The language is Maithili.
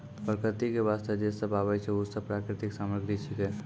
प्रकृति क वास्ते जे सब आबै छै, उ सब प्राकृतिक सामग्री छिकै